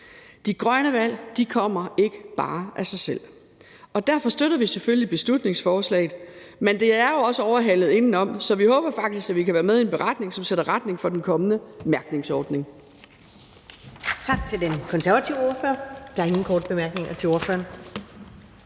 De grønne valg kommer ikke bare af sig selv, og derfor støtter vi selvfølgelig beslutningsforslaget. Men det er jo også overhalet indenom, så vi håber faktisk, at vi kan være med i en beretning, som sætter en retning for den kommende mærkningsordning.